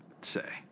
say